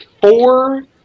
four